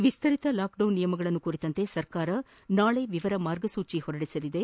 ವಿಸ್ತರಿತ lockdown ನಿಯಮಗಳನ್ನು ಕುರಿತಂತೆ ಸರ್ಕಾರ ನಾಳೆ ವಿವರ ಮಾರ್ಗಸೂಚಿಯನ್ನು ಹೊರಡಿಸಲಿದೆ